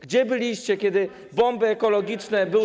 Gdzie byliście, kiedy bomby ekologiczne były.